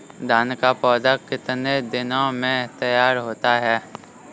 धान का पौधा कितने दिनों में तैयार होता है?